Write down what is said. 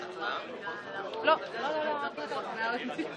וכו' וכו'.